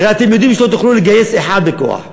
הרי אתם יודעים שלא תוכלו לגייס אחד בכוח.